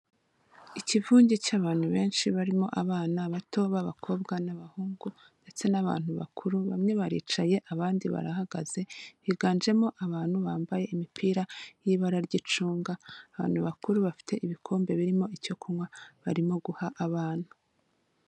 Ikivunge cy'abantu benshi barimo abana bato b'abakobwa n'abahungu ndetse n'abantu bakuru, bamwe baricaye, abandi barahagaze, higanjemo abantu bambaye imipira y'ibara ry'icunga, abantu bakuru bafite ibikombe birimo icyo kunywa, barimo guha abana.